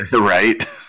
Right